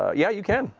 ah yeah, you can.